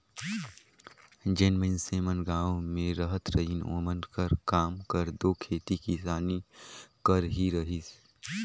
जेन मइनसे मन गाँव में रहत रहिन ओमन कर काम हर दो खेती किसानी कर ही रहिस